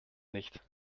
nicht